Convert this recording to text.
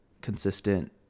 consistent